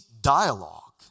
dialogue